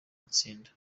matsinda